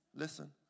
Listen